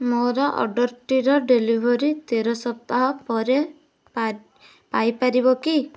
ମୋର ଅର୍ଡ଼ର୍ଟିର ଡେଲିଭରି ତେର ସପ୍ତାହ ପରେ ପାଇପାରିବ କି